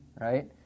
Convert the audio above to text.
Right